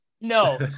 no